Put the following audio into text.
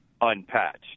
unpatched